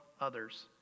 others